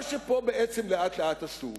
מה שפה בעצם לאט-לאט עשו,